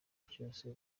byose